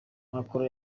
macron